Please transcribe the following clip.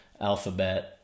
alphabet